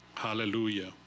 Hallelujah